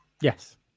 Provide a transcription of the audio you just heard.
Yes